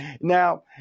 Now